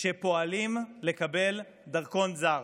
שפועלים לקבל דרכון זר,